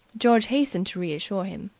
george hastened to reassure him.